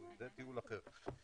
זה דיון אחר,